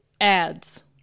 ads